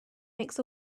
makes